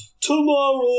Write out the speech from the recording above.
tomorrow